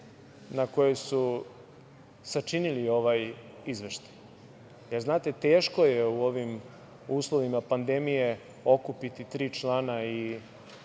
na kojoj su sačinili ovaj izveštaj? Jer, znate, teško je u ovim uslovima pandemije okupiti tri člana i